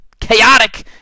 chaotic